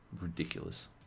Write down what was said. ridiculous